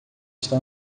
está